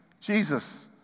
Jesus